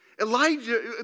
Elijah